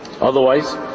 otherwise